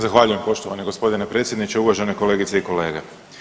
Zahvaljujem poštovani g. predsjedniče, uvažene kolegice i kolege.